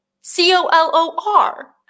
C-O-L-O-R